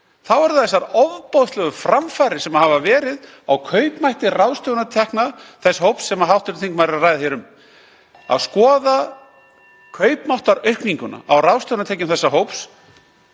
þá eru það þær ofboðslegu framfarir sem hafa verið á kaupmætti ráðstöfunartekna þess hóps sem hv. þingmaður er að ræða hér um. Að skoða kaupmáttaraukninguna á ráðstöfunartekjum þessa hóps